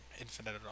Infinite